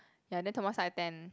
ya then tomorrow start at ten